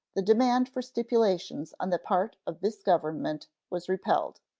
the demand for stipulations on the part of this government was repelled.